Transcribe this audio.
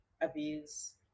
abuse